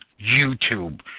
YouTube